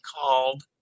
called